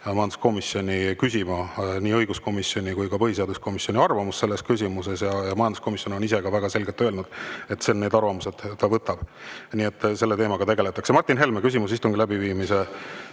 majanduskomisjoni küsima nii õiguskomisjoni kui ka põhiseaduskomisjoni arvamust selles küsimuses. Majanduskomisjon on ka väga selgelt öelnud, et need arvamused ta võtab. Selle teemaga tegeldakse. Martin Helme, küsimus istungi läbiviimise